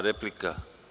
Replika.